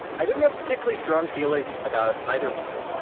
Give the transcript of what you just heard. i didn't have particularly strong feelings about either one,